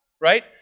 right